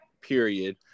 period